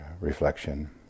reflection